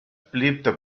beliebte